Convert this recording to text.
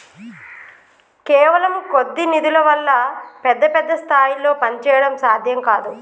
కేవలం కొద్ది నిధుల వల్ల పెద్ద పెద్ద స్థాయిల్లో పనిచేయడం సాధ్యం కాదు